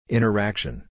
Interaction